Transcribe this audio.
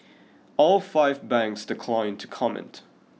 all five banks declined to comment